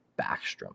backstrom